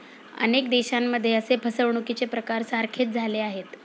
अनेक देशांमध्ये असे फसवणुकीचे प्रकार सारखेच झाले आहेत